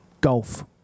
Golf